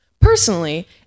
Personally